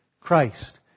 Christ